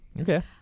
Okay